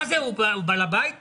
מה זה, הוא בעל הבית פה?